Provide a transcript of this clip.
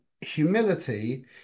humility